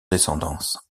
descendance